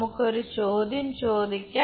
നമുക്ക് ഒരു ചോദ്യം ചോദിക്കാം